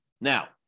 Now